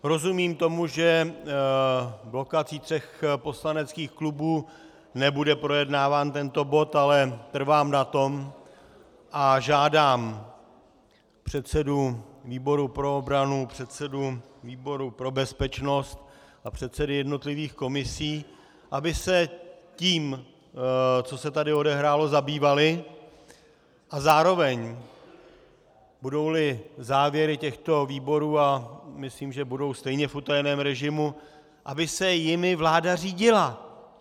Rozumím tomu, že blokací tří poslaneckých klubů nebude tento bod projednáván, ale trvám na tom a žádám předsedu výboru pro obranu, předsedu výboru pro bezpečnost a předsedy jednotlivých komisí, aby se tím, co se tady odehrálo, zabývali a zároveň, budouli závěry těchto výborů, a myslím, že budou stejně v utajeném režimu, aby se jimi vláda řídila.